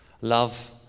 Love